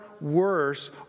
worse